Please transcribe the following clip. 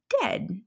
dead